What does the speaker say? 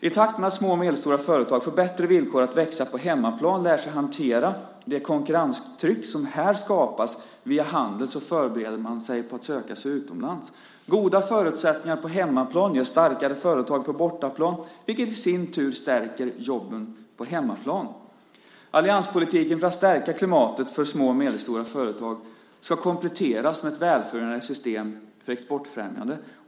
I takt med att små och medelstora företag får bättre villkor att växa på hemmaplan och lär sig hantera det konkurrenstryck som här skapas via handel förbereder de sig på att söka sig utomlands. Goda förutsättningar på hemmaplan ger starkare företag på bortaplan, vilket i sin tur stärker jobben på hemmaplan. Allianspolitiken för att stärka klimatet för små och medelstora företag ska kompletteras med ett välfungerande system för exportfrämjande.